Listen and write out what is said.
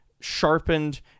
sharpened